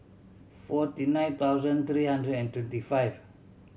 forty nine thousand three hundred and twenty five